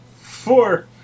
four